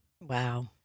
wow